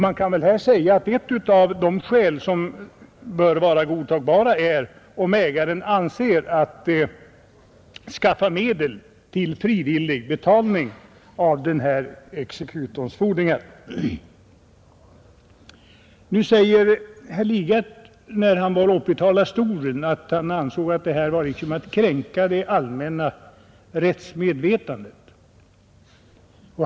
Man kan säga att ett av de skäl som bör vara godtagbara är om ägaren avser att skaffa medel till frivillig betalning av exekutorns fordringar. Herr Lidgard sade när han var uppe i talarstolen att han ansåg att detta var liksom att kränka det allmänna rättsmedvetandet.